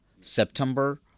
September